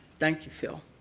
thank you, phil.